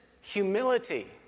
humility